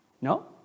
No